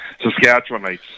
Saskatchewanites